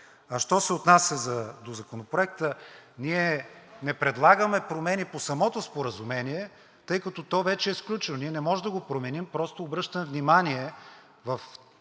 А що се отнася до Законопроекта, ние не предлагаме промени по самото споразумение, тъй като то вече е сключено. Ние не можем да го променим. Просто обръщам внимание в точка